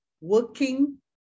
working